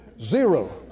zero